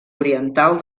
oriental